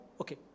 okay